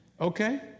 Okay